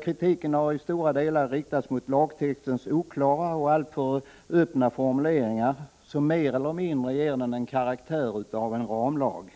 Kritiken har i stora delar riktats mot lagtextens oklara och alltför öppna formuleringar, som mer eller mindre ger den en karaktär av en ramlag.